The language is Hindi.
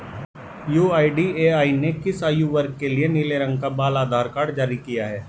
यू.आई.डी.ए.आई ने किस आयु वर्ग के लिए नीले रंग का बाल आधार कार्ड जारी किया है?